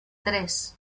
tres